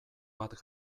bat